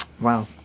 Wow